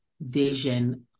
vision